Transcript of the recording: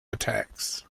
attacks